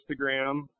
Instagram